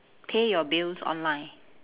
pay your bills online